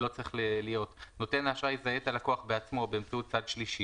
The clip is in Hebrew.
כתוב: "נותן האשראי יזהה את הלקוח בעצמו באמצעות צד שלישי